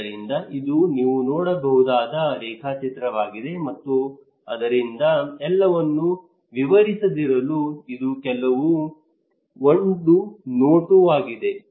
ಆದ್ದರಿಂದ ಇದು ನೀವು ನೋಡಬಹುದಾದ ರೇಖಾಚಿತ್ರವಾಗಿದೆ ಮತ್ತು ಆದ್ದರಿಂದ ಎಲ್ಲವನ್ನೂ ವಿವರಿಸದಿರಲು ಇದು ಕೇವಲ ಒಂದು ನೋಟವಾಗಿದೆ